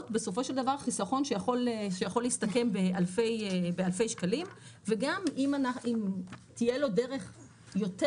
בסופו של דבר חיסכון שיכול להסתכם באלפי שקלים וגם אם תהיה לו דרך יותר